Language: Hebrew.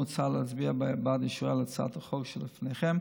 מוצע להצביע בעד אישורה של הצעת החוק שלפניכם.